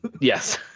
Yes